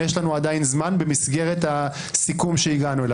יש לנו עדיין זמן במסגרת הסיכום שהגענו אליו.